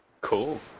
Cool